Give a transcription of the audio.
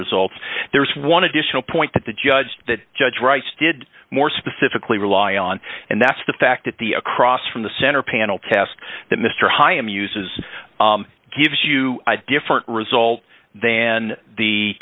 results there is one additional point that the judge that judge wright's did more specifically rely on and that's the fact that the across from the center panel test that mr heigham uses gives you a different result than the